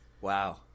Wow